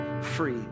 free